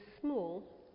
small